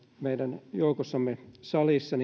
meidän joukossamme salissa